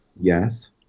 Yes